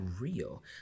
real